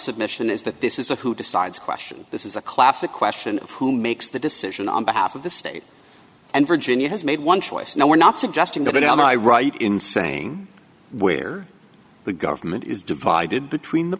submission is that this is a who decides question this is a classic question who makes the decision on behalf of the state and virginia has made one choice now we're not suggesting that am i right in saying where the government is divided between the